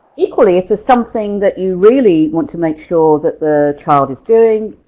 equally, if there's something that you really want to make sure that the child is doing.